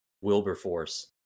Wilberforce